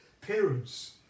parents